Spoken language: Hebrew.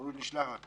אמרו שישלחו לנו.